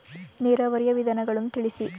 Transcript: ನೀರಾವರಿಯ ವಿಧಾನಗಳನ್ನು ತಿಳಿಸಿ?